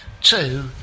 Two